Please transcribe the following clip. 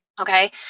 okay